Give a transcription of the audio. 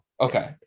Okay